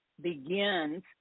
Begins